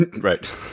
Right